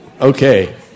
Okay